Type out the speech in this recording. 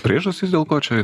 priežastys dėl ko čia jos